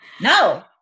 No